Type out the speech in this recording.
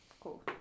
Cool